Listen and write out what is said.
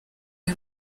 uyu